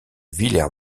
villers